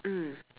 mm